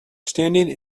standing